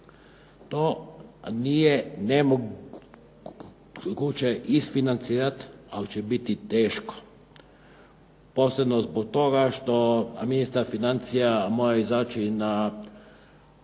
To nije nemoguće isfinancirati, ali će biti teško, posebno zbog toga što ministar financija mora izaći na